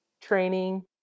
training